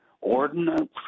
Ordinance